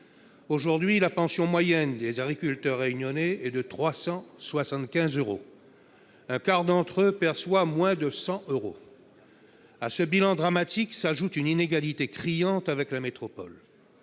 Aujourd'hui, la pension moyenne des agriculteurs réunionnais est de 375 euros. Un quart d'entre eux perçoit moins de 100 euros. À ce bilan dramatique s'ajoute une inégalité criante avec la France